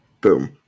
Boom